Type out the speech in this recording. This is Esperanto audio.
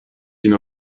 vin